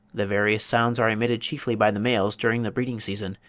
the various sounds are emitted chiefly by the males during the breeding-season,